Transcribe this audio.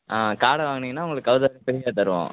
ஆ காடை வாங்குனீங்கன்னா உங்களுக்கு கௌதாரி ஃப்ரியாக தருவோம்